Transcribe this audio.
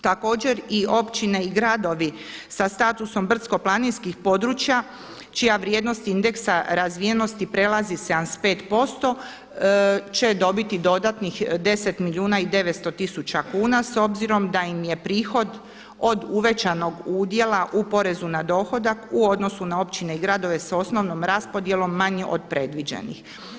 Također i općine i gradovi sa statusom brdsko-planinskih područja čija vrijednost indeksa razvijenosti prelazi 75% će dobiti dodatnih 10 milijuna 900 tisuća kuna s obzirom da im je prihod od uvećanog udjela u porezu na dohodak u odnosu na općine i gradove s osnovnom raspodjelom manji od predviđenih.